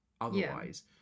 Otherwise